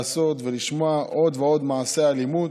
ולשמוע עוד ועוד ועוד מעשי אלימות.